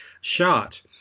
shot